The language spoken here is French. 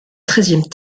treizième